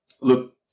Look